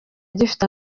gifite